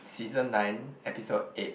season nine episode eight